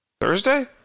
Thursday